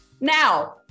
now